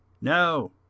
No